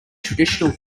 traditional